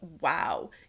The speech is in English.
wow